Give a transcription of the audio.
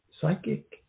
psychic